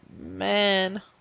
man